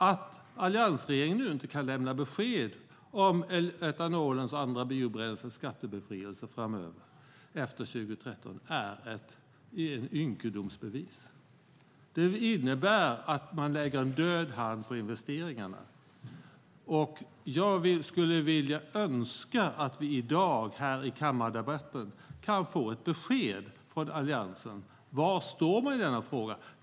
Att alliansregeringen nu inte kan lämna besked om etanolens och andra biobränslens skattebefrielse framöver efter 2013 är ett ynkedomsbevis. Det innebär att man lägger en död hand på investeringarna. Jag skulle önska att vi i dag här i kammardebatten får ett besked från Alliansen: Var står man i denna fråga?